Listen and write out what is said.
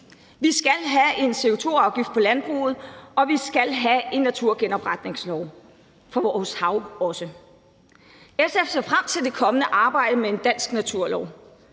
Vi skal have en CO2-afgift på landbruget, og vi skal have en naturgenopretningslov for vores hav også. SF ser frem til det kommende arbejde med en dansk naturlov,